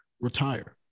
Retire